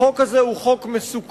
החוק הזה הוא חוק מסוכן.